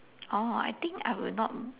oh I think I will not